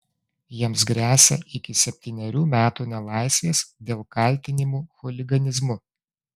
jiems gresia iki septynerių metų nelaisvės dėl kaltinimų chuliganizmu